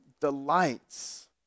delights